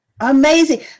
Amazing